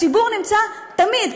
הציבור נמצא תמיד,